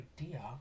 idea